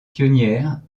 pionnières